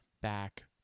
back